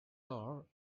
are